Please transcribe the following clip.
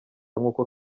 nkuko